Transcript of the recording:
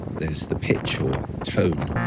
there's the pitch, or tone,